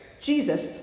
Jesus